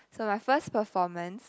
so my first performance